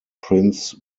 prince